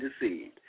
deceived